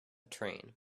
train